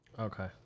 Okay